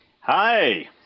Hi